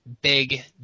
big